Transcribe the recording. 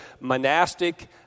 monastic